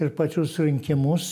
ir pačius rinkimus